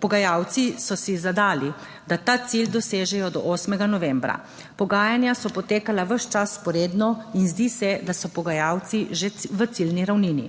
pogajalci so si zadali, da ta cilj dosežejo do 8. novembra. Pogajanja so potekala ves čas vzporedno in zdi se, da so pogajalci že v ciljni ravnini.